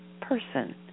person